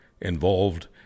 involved